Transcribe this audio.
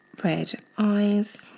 red eyes,